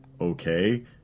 Okay